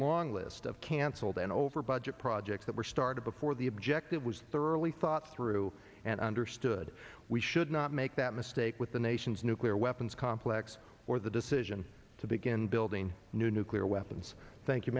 long list of canceled and over budget projects that were started before the objective was thoroughly thought through and understood we should not make that mistake with the nation's nuclear weapons complex or the decision to begin building new nuclear weapons thank you